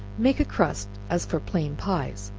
make crust as for plain pies,